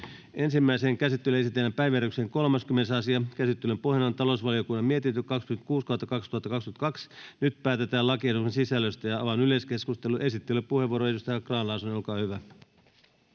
Ensimmäiseen käsittelyyn esitellään päiväjärjestyksen 30. asia. Käsittelyn pohjana on talousvaliokunnan mietintö TaVM 26/2022 vp. Nyt päätetään lakiehdotusten sisällöstä. — Avaan yleiskeskustelun. Esittelypuheenvuoro, edustaja Grahn-Laasonen, olkaa hyvä.